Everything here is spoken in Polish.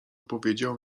powiedział